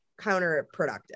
counterproductive